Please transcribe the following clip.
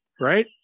Right